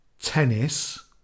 tennis